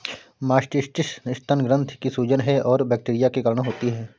mastitis स्तन ग्रंथि की सूजन है और बैक्टीरिया के कारण होती है